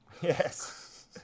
Yes